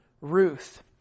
Ruth